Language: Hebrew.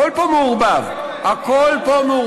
לפי החוק הזה, הכול פה מעורבב, הכול פה מעורבב.